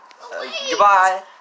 Goodbye